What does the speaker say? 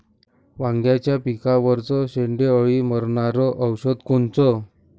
वांग्याच्या पिकावरचं शेंडे अळी मारनारं औषध कोनचं?